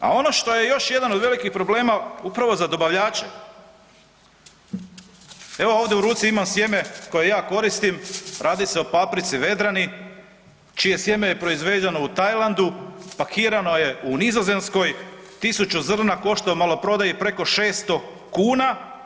A ono što je još jedan od velikih problema upravo za dobavljače, evo ovdje u ruci imam sjeme koje ja koristim, radi se o paprici Vedrani čije sjeme je proizvedeno u Tajlandu, pakirano je u Nizozemskoj, 1000 zrna košta u maloprodaji preko 600 kuna.